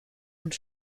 und